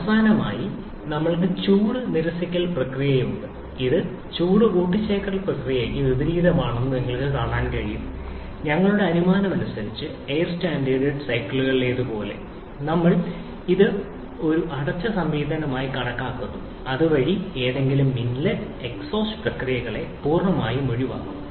അവസാനമായി നമ്മൾക്ക് ചൂട് നിരസിക്കൽ പ്രക്രിയയുണ്ട് അത് ചൂട് കൂട്ടിച്ചേർക്കൽ പ്രക്രിയയ്ക്ക് വിപരീതമാണെന്ന് നിങ്ങൾക്ക് കാണാൻ കഴിയും ഞങ്ങളുടെ അനുമാനമനുസരിച്ച് എയർ സ്റ്റാൻഡേർഡ് സൈക്കിളുകളിലേതുപോലെ നമ്മൾ ഇത് ഒരു അടച്ച സംവിധാനമായി കണക്കാക്കുന്നു അതുവഴി ഏതെങ്കിലും ഇൻലെറ്റ് എക്സ്ഹോസ്റ്റ് പ്രക്രിയകളെ പൂർണ്ണമായും ഒഴിവാക്കും